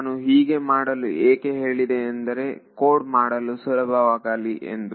ನಾನು ಹೀಗೆ ಮಾಡಲು ಏಕೆ ಹೇಳಿದೆ ಎಂದರೆ ಕೊಡ್ ಮಾಡಲು ಸುಲಭವಾಗಲಿ ಎಂದು